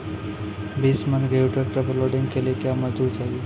बीस मन गेहूँ ट्रैक्टर पर लोडिंग के लिए क्या मजदूर चाहिए?